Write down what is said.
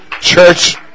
Church